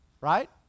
right